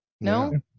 No